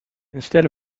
instead